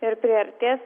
ir priartės